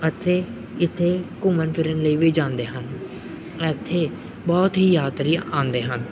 ਅਤੇ ਇੱਥੇ ਘੁੰਮਣ ਫਿਰਨ ਦੇ ਲਈ ਵੀ ਜਾਂਦੇ ਹਨ ਇੱਥੇ ਬਹੁਤ ਹੀ ਯਾਤਰੀ ਆਉਂਦੇ ਹਨ